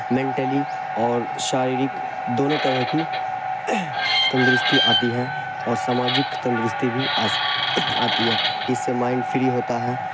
mentally اور شاریرک دونوں طرح کی تندرستی آتی ہے اور سماجک تندرستی بھی آتی ہے اس سے مائنڈ فری ہوتا ہے